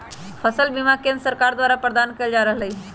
फसल बीमा केंद्र सरकार द्वारा प्रदान कएल जा रहल हइ